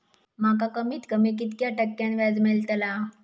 माका कमीत कमी कितक्या टक्क्यान व्याज मेलतला?